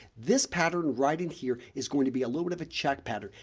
this pattern right in here is going to be a little bit of a check pattern.